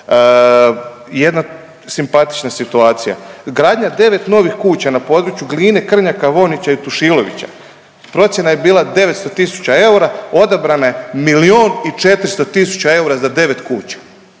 Jedna simpatična situacija, gradnja devet novih kuća na području Gline, Krnjaka, Vojnića i Tušilovića procjena je bila 900 tisuća eura, odabrana je milion i 400 tisuća eura za devet kuća.